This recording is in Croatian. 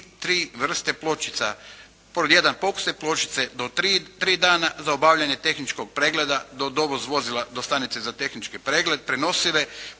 i tri vrste pločica. Pod jedan pokusne pločice do tri dana, za obavljanje tehničkog pregleda do dovoz vozila do stanice za tehnički pregled.